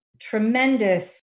tremendous